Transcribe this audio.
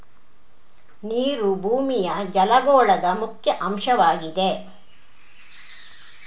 ನೀರು ಭೂಮಿಯ ಜಲಗೋಳದ ಮುಖ್ಯ ಅಂಶವಾಗಿದೆ